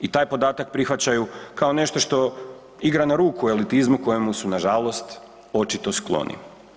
I taj podatak prihvaćaju kao nešto što igra na ruku elitizmu kojemu su nažalost očito skloni.